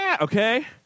Okay